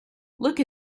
look